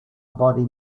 body